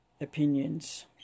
opinions